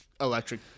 Electric